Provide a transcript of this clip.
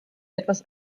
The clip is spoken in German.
etwas